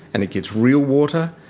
and it gets real water,